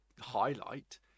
highlight